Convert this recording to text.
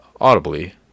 audibly